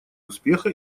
успеха